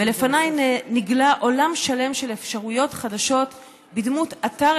ולפניי נגלה עולם שלם של אפשרויות חדשות בדמות אתר